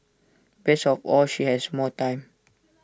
best of all she has more time